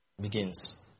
begins